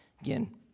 Again